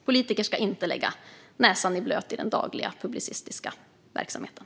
Politiker ska inte lägga näsan i blöt i den dagliga publicistiska verksamheten.